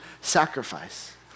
sacrifice